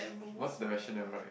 what's the rationale right